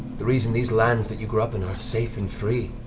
the reason these lands that you grew up in are safe and free,